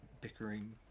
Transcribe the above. bickering